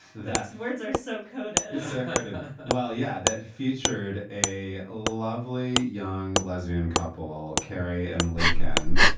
that's where ids are so coded well, yeah, that featured a lovely young lesbian couple, carrie and laken,